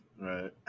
right